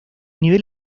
nivel